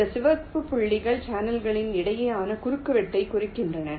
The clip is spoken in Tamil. இந்த சிவப்பு புள்ளிகள் சேனல்களுக்கு இடையிலான குறுக்குவெட்டைக் குறிக்கின்றன